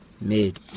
made